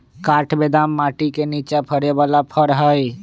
काठ बेदाम माटि के निचा फ़रे बला फ़र हइ